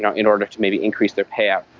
in in order to maybe increase their payout,